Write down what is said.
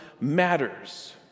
matters